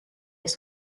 ees